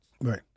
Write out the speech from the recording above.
Right